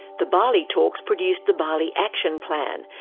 the bali talks produced the bali action plan,